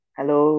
Hello